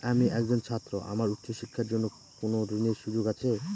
আমি একজন ছাত্র আমার উচ্চ শিক্ষার জন্য কোন ঋণের সুযোগ আছে?